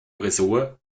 ressort